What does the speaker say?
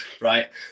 right